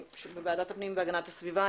ברוכים הבאים לדיון בוועדת הפנים והגנת הסביבה,